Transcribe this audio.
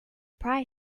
prior